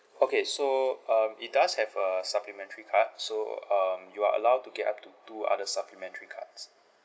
okay so um it does have a supplementary card so um you are allowed to get up to two other supplementary cards